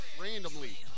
randomly